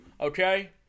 okay